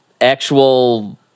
actual